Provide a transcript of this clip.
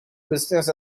business